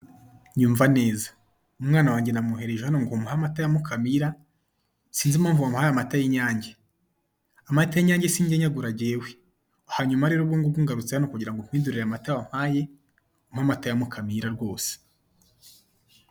Nyumva neza, umwana wanjye namwohereje hano ngo umuhe amata ya Mukamira, sinzi impamvu wamuhaye amata y'Inyange. Amata y'inyange sinjya nyagura njyewe. Hanyuma rero ngarutse hano kugira ngo umpindurire amata wampaye umpe amata ya Mukamira rwose.